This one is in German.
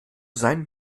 sein